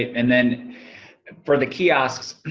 and then for the kiosks,